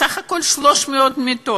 בסך הכול 300 מיטות,